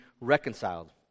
reconciled